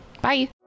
Bye